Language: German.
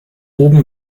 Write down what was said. oben